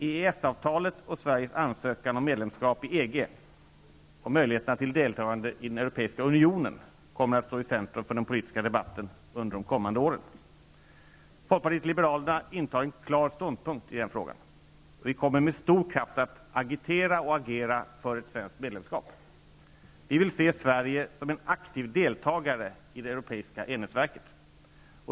EES-avtalet och Sveriges ansökan om medlemskap i EG och möjligheterna till deltagande i den europeiska unionen kommer att stå i centrum för den politiska debatten under de kommande åren. Folkpartiet liberalerna intar en klar ståndpunkt i den frågan. Vi kommer med stor kraft att agitera och agera för ett svenskt medlemskap. Vi vill se Sverige som en aktiv deltagare i det europeiska enhetsverket.